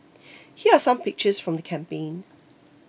here are some pictures from the campaign